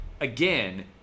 again